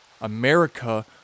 America